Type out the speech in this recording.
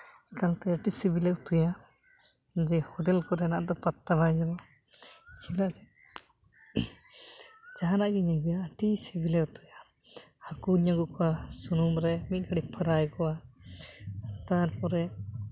ᱮᱱᱠᱷᱟᱱ ᱛᱮ ᱟᱹᱰᱤ ᱥᱤᱵᱤᱞᱮ ᱩᱛᱩᱭᱟ ᱡᱮ ᱦᱳᱴᱮᱞ ᱠᱚᱨᱮᱱᱟᱜ ᱫᱚ ᱯᱟᱛᱛᱟ ᱵᱟᱭ ᱧᱟᱢᱟ ᱪᱮᱫᱟᱜ ᱡᱮ ᱡᱟᱦᱟᱱᱟᱜ ᱜᱤᱧ ᱟᱹᱜᱩᱭᱟ ᱟᱹᱰᱤ ᱥᱤᱵᱤᱞᱮ ᱩᱛᱩᱭᱟ ᱦᱟᱹᱠᱩᱧ ᱟᱹᱜᱩ ᱠᱚᱣᱟ ᱥᱩᱱᱩᱢ ᱨᱮ ᱢᱤᱫ ᱜᱷᱟᱹᱲᱤ ᱯᱷᱨᱟᱭ ᱠᱚᱣᱟ ᱛᱟᱨᱯᱚᱨᱮ